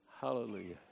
Hallelujah